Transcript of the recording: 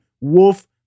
Wolf